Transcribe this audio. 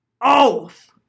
off